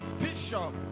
bishop